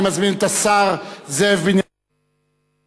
אני מזמין את השר זאב בנימין בגין